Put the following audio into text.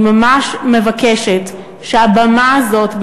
אני ממש מבקשת שהבמה הזאת,